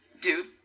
Dude